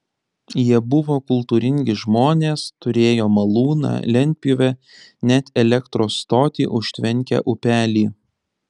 jie buvo kultūringi žmonės turėjo malūną lentpjūvę net elektros stotį užtvenkę upelį